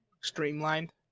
streamlined